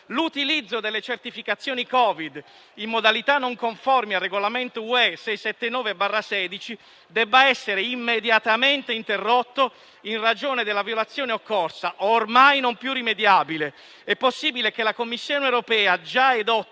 l'utilizzo delle certificazioni Covid in modalità non conformi al Regolamento UE 679/16 debba essere immediatamente interrotto in ragione della violazione occorsa, ormai non più rimediabile, è possibile che la Commissione europea - già edotta